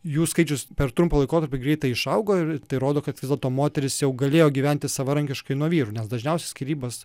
jų skaičius per trumpą laikotarpį greitai išaugo ir tai rodo kad vis dėlto moterys jau galėjo gyventi savarankiškai nuo vyrų nes dažniausiai skyrybas